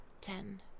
Ten